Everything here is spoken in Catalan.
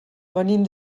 venim